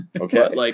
okay